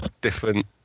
different